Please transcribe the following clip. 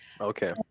okay